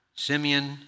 Simeon